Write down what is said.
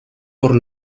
por